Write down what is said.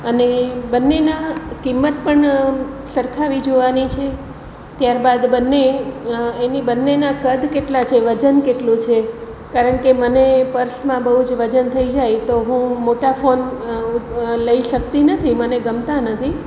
અને બંનેનાં કિંમત પણ સરખાવી જોવાની છે ત્યારબાદ બંને એની બંનેના કદ કેટલાં છે વજન કેટલું છે કારણ કે મને પર્સમા બહુ જ વજન થઈ જાય તો હું મોટા ફોન લઈ શકતી નથી મને ગમતા નથી